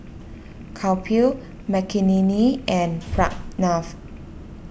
Kapil Makineni and Pranav